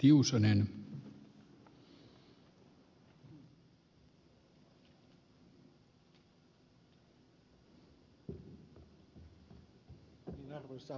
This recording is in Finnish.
arvoisa herra puhemies